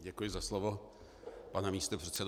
Děkuji za slovo, pane místopředsedo.